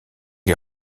est